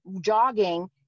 jogging